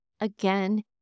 again